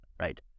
right